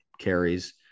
carries